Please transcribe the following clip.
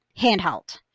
handheld